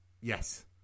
Yes